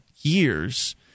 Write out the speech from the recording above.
years